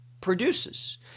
produces